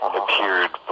appeared